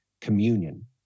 communion